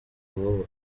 vuba